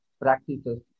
practices